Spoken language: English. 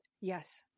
Yes